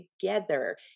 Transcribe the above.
together